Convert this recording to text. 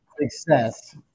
success